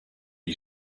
you